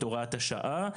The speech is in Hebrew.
את הוראת השעה.